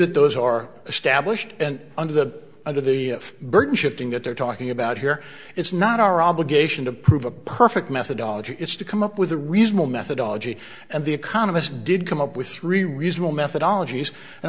that those are established and under the under the burden shifting that they're talking about here it's not our obligation to prove a perfect methodology it's to come up with a reasonable methodology and the economists did come up with three reasonable methodology